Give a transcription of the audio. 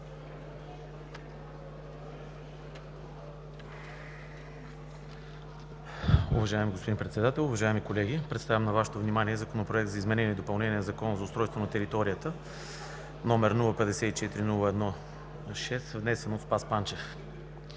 Уважаеми господин Председател, уважаеми колеги! Представям на Вашето внимание „ДОКЛАД относно Законопроект за изменение и допълнение на Закона за устройство на територията, № 054-01-6, внесен от Спас Панчев